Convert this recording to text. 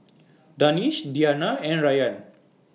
Danish Diyana and Rayyan